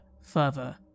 further